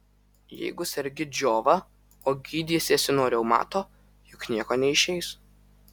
jeigu sergi džiova o gydysiesi nuo reumato juk nieko neišeis